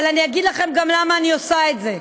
אבל אני אגיד לכם גם למה אני עושה את זה,